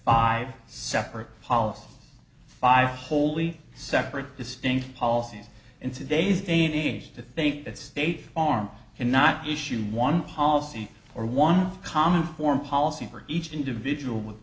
five separate policies five wholly separate distinct policies in today's day and age to think that state farm and not issue one policy or one common foreign policy for each individual with